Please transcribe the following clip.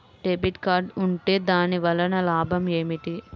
Debit card ఉంటే దాని వలన లాభం ఏమిటీ?